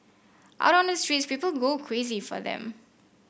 out on the streets people go crazy for them